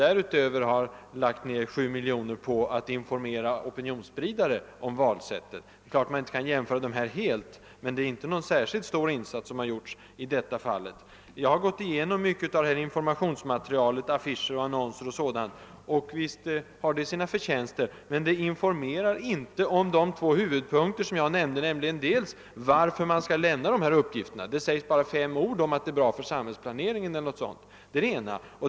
Dessutom anslog staten 7 miljoner kronor för att informera opinionsspridare om valsättet. Det är klart att man inte helt kan jämföra dessa två saker, men det är inte någon särskilt stor insats som gjorts för att informera om folkoch bostadsräkningen. Jag har gått igenom mycket av informationsmaterialet, affischer och annonser, och visst har det sina förtjänster. Men det informerar inte om de två huvudpunkter jag nämnde. Det ges knappast någon motivering varför man skall lämna uppgifterna. Det sägs bara fem ord om att det är bra för samhällsplaneringen.